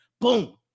boom